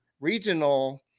regional